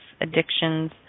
addictions